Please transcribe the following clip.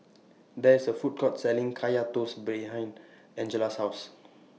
There IS A Food Court Selling Kaya Toast behind Angela's House